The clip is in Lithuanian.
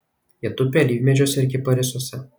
jie tupi alyvmedžiuose ir kiparisuose